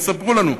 תספרו לנו.